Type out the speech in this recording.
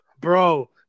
Bro